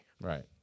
Right